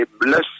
bless